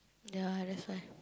ya that's why